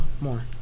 more